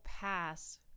pass